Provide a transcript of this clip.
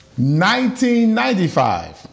1995